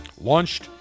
Launched